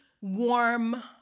warm